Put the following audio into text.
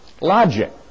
Logic